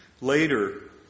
Later